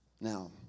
now